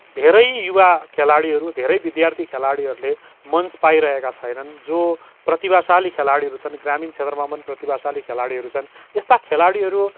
धेरै युवा खेलाडीहरू धेरै विद्यार्थी खेलाडीहरूले मञ्च पाइरहेका छैनन् जो प्रतिभाशाली खेलाडीहरू छन् ग्रामीण क्षेत्रमा पनि प्रतिभाशाली खेलाडीहरू छन् यस्ता खेलाडीहरू